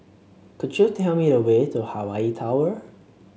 could you tell me the way to Hawaii Tower